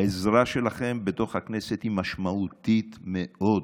העזרה שלכם בתוך הכנסת היא משמעותית מאוד.